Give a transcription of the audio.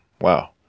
Wow